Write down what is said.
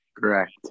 Correct